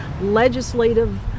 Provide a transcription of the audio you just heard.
legislative